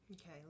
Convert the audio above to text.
Okay